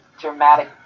dramatic